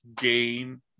game